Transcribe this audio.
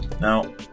Now